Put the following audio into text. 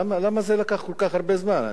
למה זה לקח כל כך הרבה זמן.